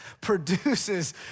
Produces